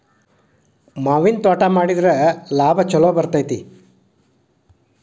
ಮಾವಿನ ತ್ವಾಟಾ ಮಾಡಿದ್ರ ಲಾಭಾ ಛಲೋ ಬರ್ತೈತಿ